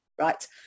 right